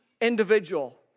individual